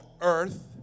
earth